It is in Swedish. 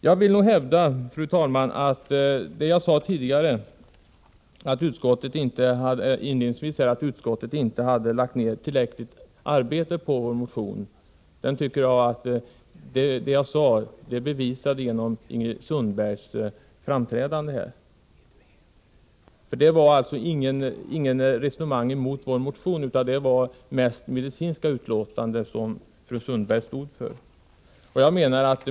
Jag vill hävda, fru talman, att det jag sade inledningsvis om att utskottet inte har lagt ner tillräckligt arbete på vår motion bevisas genom Ingrid Sundbergs framträdande här. Hon förde inget resonemang emot vår motion utan hon redovisade mest medicinska utlåtanden.